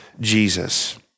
Jesus